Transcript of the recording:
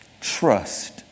trust